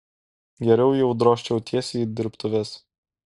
geriau jau drožčiau tiesiai į dirbtuves